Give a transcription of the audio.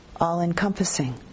all-encompassing